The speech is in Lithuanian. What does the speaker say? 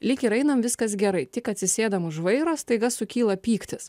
lyg ir einam viskas gerai tik atsisėdam už vairo staiga sukyla pyktis